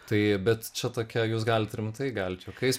tai bet čia tokia jūs galit rimtai galit juokais